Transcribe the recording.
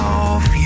off